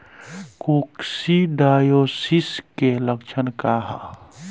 Coccidiosis के लक्षण का ह?